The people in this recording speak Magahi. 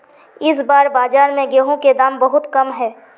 इस बार बाजार में गेंहू के दाम बहुत कम है?